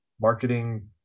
marketing